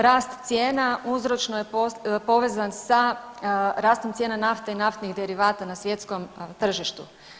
Rast cijena uzročno je povezan sa rastom cijena nafte i naftnih derivata na svjetskom tržištu.